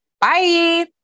bye